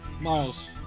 Miles